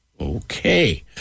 Okay